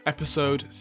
Episode